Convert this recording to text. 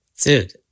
Dude